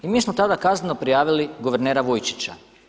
I mi smo tada kazneno prijavili guvernera Vujčića.